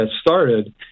started